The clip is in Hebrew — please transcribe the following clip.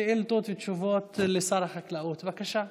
שאילתות ותשובות לשר החקלאות, בבקשה.